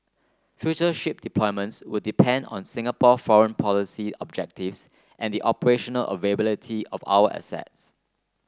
future ship deployments would depend on Singapore foreign policy objectives and the operational availability of our assets